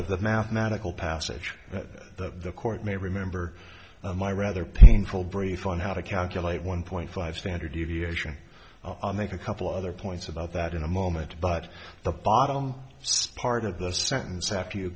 of the mathematical passage that the court may remember my rather painful brief on how to calculate one point five standard deviation i'll make a couple other points about that in a moment but the bottom spart of the sentence after you